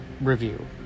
review